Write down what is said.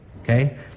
okay